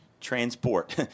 transport